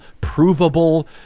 provable